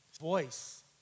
voice